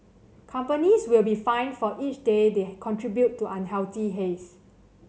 companies will be fined for each day that they contribute to unhealthy haze